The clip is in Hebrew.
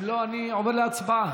אם לא, אני עובר להצבעה.